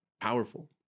powerful